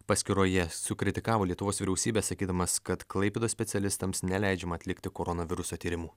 paskyroje sukritikavo lietuvos vyriausybę sakydamas kad klaipėdos specialistams neleidžiama atlikti koronaviruso tyrimų